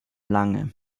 lange